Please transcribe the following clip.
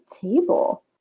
table